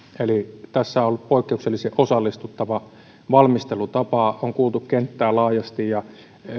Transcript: eli tässä on ollut poikkeuksellisen osallistava valmistelutapa on kuultu kenttää laajasti ja